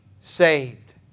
saved